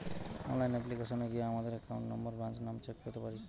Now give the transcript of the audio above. online অ্যাপ্লিকেশানে গিয়া আমাদের একাউন্ট নম্বর, ব্রাঞ্চ নাম চেক করতে পারি